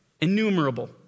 Innumerable